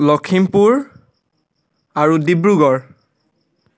লক্ষীমপুৰ আৰু ডিব্ৰুগড়